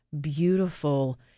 beautiful